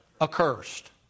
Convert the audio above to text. accursed